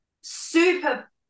super